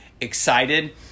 excited